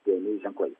keli ženklai